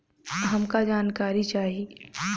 हमका जानकारी चाही?